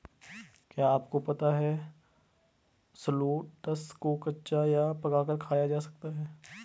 क्या आपको पता है शलोट्स को कच्चा या पकाकर खाया जा सकता है?